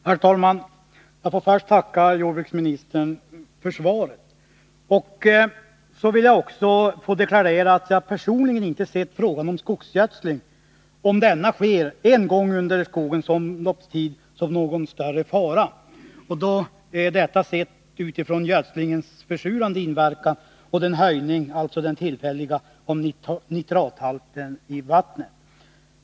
Herr talman! Jag får först tacka jordbruksministern för svaret. Så vill jag också få deklarerat att jag personligen inte sett frågan om skogsgödsling, om sådan sker en gång under skogens omloppstid, som någon större fara. Detta sett utifrån gödslingens försurande inverkan och den tillfälliga höjningen av nitrathalten i vattnet.